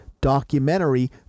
documentary